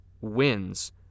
wins